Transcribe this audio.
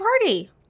party